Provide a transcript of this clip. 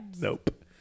Nope